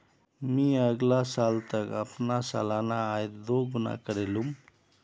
मी अगला साल तक अपना सालाना आय दो गुना करे लूम